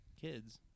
Kids